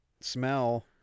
smell